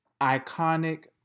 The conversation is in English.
iconic